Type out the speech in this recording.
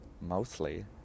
mostly